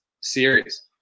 series